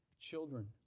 children